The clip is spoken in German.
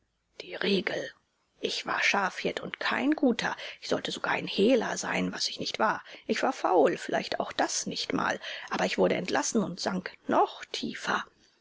die regel ich war schafhirt und kein guter ich sollte sogar ein hehler sein was ich nicht war ich war faul vielleicht auch das nicht mal aber ich wurde entlassen und sank noch tiefer